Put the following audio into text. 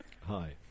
Hi